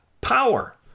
power